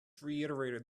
reiterated